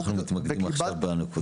אנחנו מתמקדים עכשיו בנקודה הזו.